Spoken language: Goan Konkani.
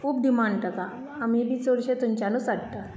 खूब डिमांड ताका आमी बी चडशे थंयच्यानच हाडटा